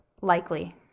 likely